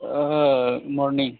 morning